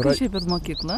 kas čia per mokykla